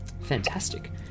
Fantastic